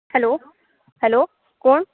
hello hello कोण